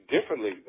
differently